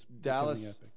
Dallas